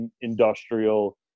industrial